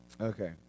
Okay